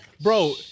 Bro